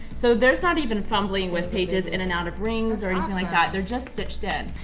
so there's not even fumbling with pages in and out of rings or anything like that they're just stitched in.